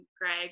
Greg